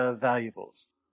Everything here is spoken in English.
valuables